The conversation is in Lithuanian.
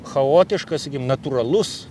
chaotiškas sakykim natūralus